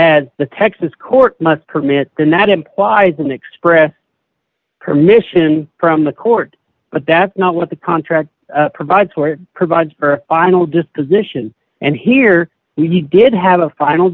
as the texas court must permit then that implies an express permission from the court but that's not what the contract provides for provides for final disposition and here we need did have a final